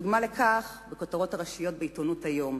דוגמה לכך בכותרות הראשיות בעיתונות היום,